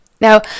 Now